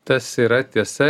tas yra tiesa